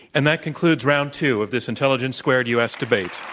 and that concludes round two of this intelligence squared u. s. debate.